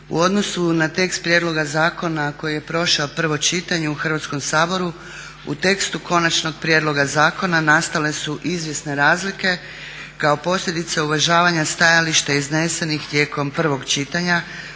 U odnosu na tekst prijedloga zakona koji je prošao prvo čitanje u Hrvatskom saboru u tekstu konačnog prijedloga zakona nastale su izvjesne razlike kao posljedica uvažavanja stajališta iznesenih tijekom prvog čitanja